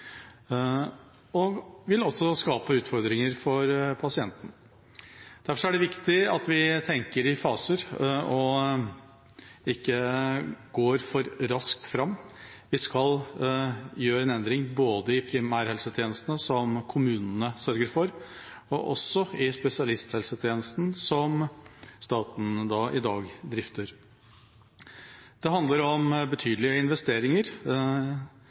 og vil også skape utfordringer for pasienten. Derfor er det viktig at vi tenker i faser og ikke går for raskt fram. Vi skal gjøre en endring både i primærhelsetjenesten, som kommunene sørger for, og også i spesialisthelsetjenesten, som staten i dag drifter. Det handler om betydelige investeringer